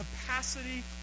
capacity